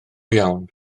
iawn